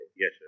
Yes